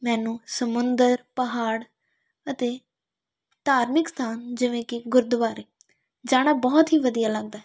ਮੈਨੂੰ ਸਮੁੰਦਰ ਪਹਾੜ ਅਤੇ ਧਾਰਮਿਕ ਸਥਾਨ ਜਿਵੇਂ ਕਿ ਗੁਰਦੁਆਰੇ ਜਾਣਾ ਬਹੁਤ ਹੀ ਵਧੀਆ ਲੱਗਦਾ